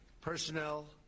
personnel